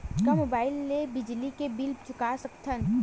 का मुबाइल ले बिजली के बिल चुका सकथव?